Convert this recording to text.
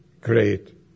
great